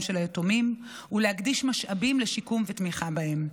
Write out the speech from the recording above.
של היתומים ולהקדיש משאבים לשיקום ולתמיכה בהם.